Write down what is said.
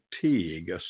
fatigue